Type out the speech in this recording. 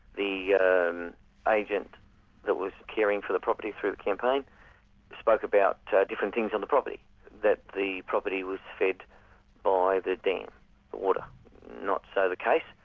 the yeah um agent that was caring for the property through the campaign spoke about different things on the property that the property was fed by the dam not so the case,